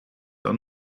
are